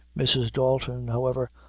mrs. dalton, however,